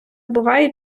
буває